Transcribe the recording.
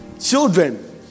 children